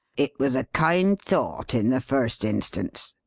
it was a kind thought in the first instance,